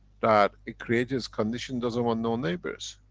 that it creates this condition, doesn't want no neighbors?